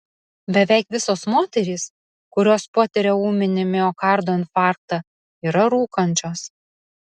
beveik visos moterys kurios patiria ūminį miokardo infarktą yra rūkančios